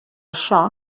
això